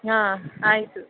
ಹಾಂ ಆಯಿತು